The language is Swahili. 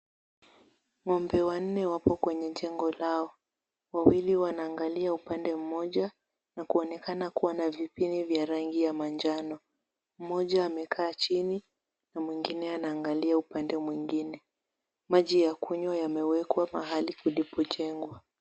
Ng’ombe wanne wapo kwenye jengo lao; wawili wanaangalia upande mmoja na wanaonekana kuwa na vipini vya manjano. Mmoja amekaa chini na mwingine anaangalia upande mwingine. Maji ya kunywa yamewekwa mahali palipojengwa.